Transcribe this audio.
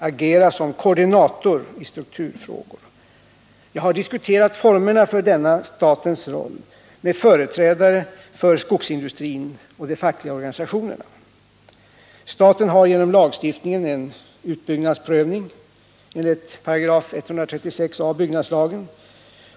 agera som koordinator i strukturfrågor. Jag har diskuterat formerna för denna statens roll med företrädare för skogsindustrin och de fackliga organisationerna. Staten har genom lagstiftning om utbyggnadsprövning, 136 a §.